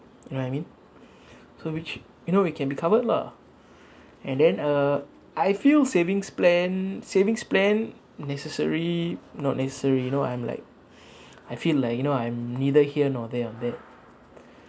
you know what I mean so which you know we can be covered lah and then uh I feel savings plan savings plan necessary not necessary you know I'm like I feel like you know I'm neither here nor there on that